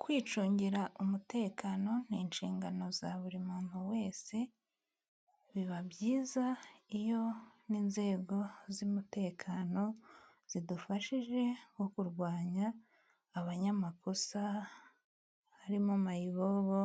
Kwicungira umutekano ni inshingano za buri muntu wese, biba byiza iyo n'inzego z'umutekano zidufashije nko kurwanya abanyamakosa, harimo mayibobo,